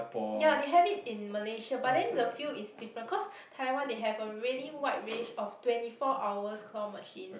ya they have it in Malaysia but then the feel is different cause Taiwan they have a really wide range of twenty four hour claw machines